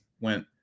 went